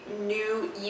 new